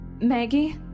Maggie